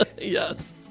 Yes